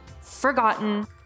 forgotten